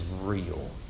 real